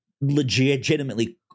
Legitimately